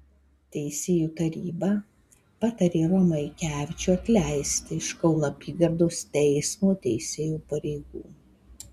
teisėjų taryba patarė romą aikevičių atleisti iš kauno apygardos teismo teisėjo pareigų